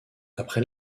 après